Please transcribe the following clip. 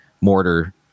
mortar